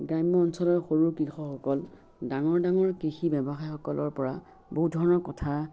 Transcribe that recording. গ্ৰাম্য অঞ্চলৰ সৰু কৃষকসকল ডাঙৰ ডাঙৰ কৃষি ব্যৱসায়সকলৰ পৰা বহু ধৰণৰ কথা